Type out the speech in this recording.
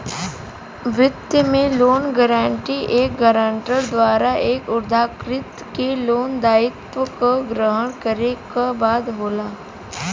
वित्त में loan guarantee एक गारंटर द्वारा एक उधारकर्ता के लोन दायित्व क ग्रहण करे क वादा होला